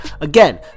Again